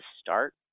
start